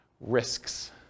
Risks